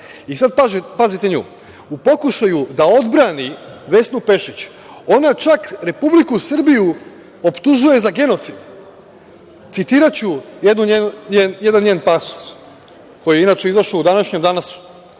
i sad pazite nju. U pokušaju da odbrani Vesnu Pešić, ona čak Republiku Srbiju optužuje za genocid. Citiraću jedan njen pasus, koji je inače izašao u današnjem "Danasu":